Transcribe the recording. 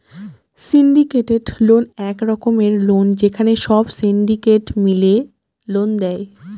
syndicated loan এক রকমের loan যেখানে সব সিন্ডিকেট মিলে লোন দেয়